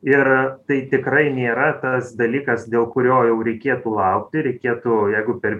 ir tai tikrai nėra tas dalykas dėl kurio jau reikėtų laukti reikėtų jau jeigu per